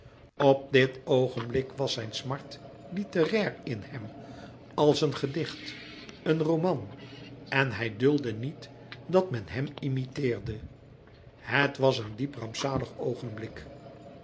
op dit oogenblik was zijn smart litterair in hem als een gedicht een roman en hij duldde niet dat men hem imiteerde het was een diep rampzalig oogenblik